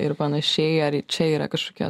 ir panašiai ari čia yra kažkokie